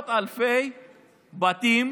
אלפי בתים